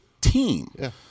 team